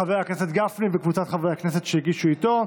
חברי הכנסת שהגישו איתו.